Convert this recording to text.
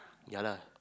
yeah lah